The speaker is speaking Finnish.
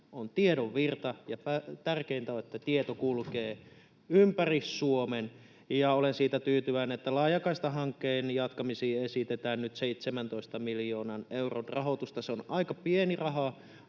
on tiedon virta ja tärkeintä on, että tieto kulkee ympäri Suomen. Ja olen siitä tyytyväinen, että laajakaistahankkeen jatkamisiin esitetään nyt 17 miljoonan euron rahoitusta. Se on aika pieni raha